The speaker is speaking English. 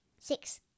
Six